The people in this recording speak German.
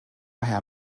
herr